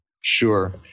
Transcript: Sure